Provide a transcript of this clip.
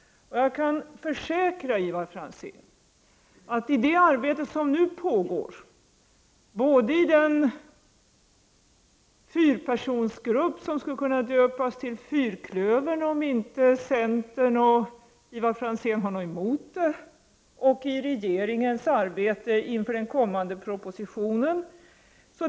Jag kan försäkra Ivar Franzén att sakfrågan mycket ingående har diskuterats i det arbete som nu pågår både i den grupp som består av fyra personer, och som skulle kunna döpas till fyrklövern om inte centern och Ivar Franzén har något emot det, och inom regeringen inför den kommande propositionen.